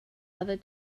other